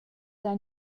han